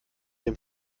dem